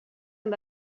amb